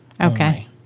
Okay